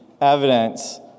evidence